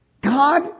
God